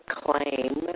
claim